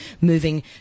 moving